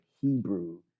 Hebrew